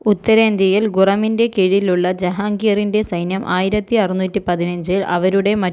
ഉത്തരേന്ത്യയിൽ ഖുറമിൻ്റെ കീഴിലുള്ള ജഹാംഗീറിൻ്റെ സൈന്യം ആയിരിത്തി അറുനൂറ്റി പതിനഞ്ചിൽ അവരുടെ മറ്റൊരു പ്രധാന എതിരാളിയായ കാൻഗ്രയിലെ രാജാവിനെ പരാജയപ്പെടുത്തി